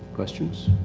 questions?